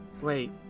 Wait